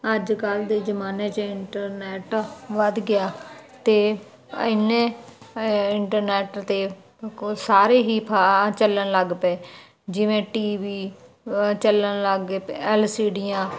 ਅੱਜ ਕੱਲ ਦੇ ਜਮਾਨੇ 'ਚ ਇੰਟਰਨੈਸ਼ਨਲ ਵੱਧ ਗਿਆ ਤੇ ਇਨੇ ਇੰਟਰਨੈਟ ਤੇ ਉਹ ਸਾਰੇ ਹੀ ਭਾ ਚੱਲਣ ਲੱਗ ਪਏ ਜਿਵੇਂ ਟੀਬੀ ਚੱਲਣ ਲੱਗ ਗਏ ਐਲ ਸੀ ਡੀ ਆ